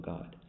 God